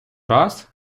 раз